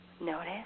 notice